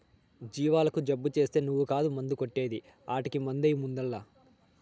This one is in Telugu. జీవాలకు జబ్బు చేస్తే నువ్వు కాదు మందు కొట్టే ది ఆటకి మందెయ్యి ముందల్ల